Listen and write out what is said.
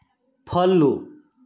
ଫଲୁ